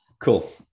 Cool